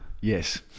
Yes